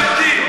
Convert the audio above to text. אין שום חשיבות,